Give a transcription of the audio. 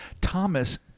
Thomas